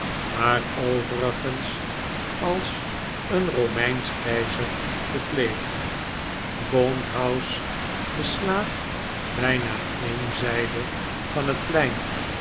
maar overigens als een romeinsch keizer gekleed gaunt house beslaat bijna een zijde van het plein